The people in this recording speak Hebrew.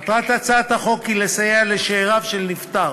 מטרת הצעת החוק היא לסייע לשאיריו של נפטר